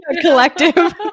Collective